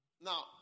Now